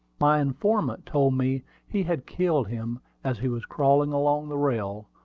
my informant told me he had killed him as he was crawling along the rail,